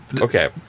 Okay